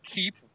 keep